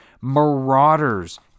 Marauders